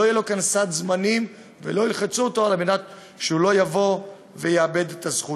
לא יהיה לו כאן סד זמנים ולא ילחצו אותו על מנת שהוא לא יאבד את זכותו.